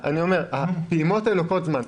אני אומר שהדברים לוקחים זמן,